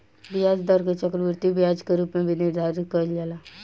ब्याज दर के चक्रवृद्धि ब्याज के रूप में भी निर्धारित कईल जाला